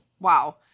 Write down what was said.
Wow